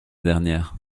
dernière